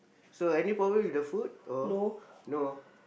so any problem with the food or no